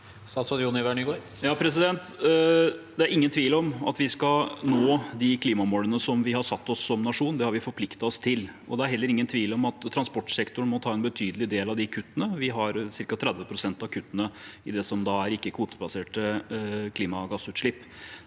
Det er ingen tvil om at vi skal nå de klimamålene vi har satt oss som nasjon. Det har vi forpliktet oss til, og det er heller ingen tvil om at transportsektoren må ta en betydelig del av de kuttene. Vi har ca. 30 pst. av kuttene i det som er ikke-kvotebaserte klimagassutslipp.